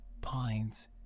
pines